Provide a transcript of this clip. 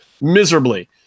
miserably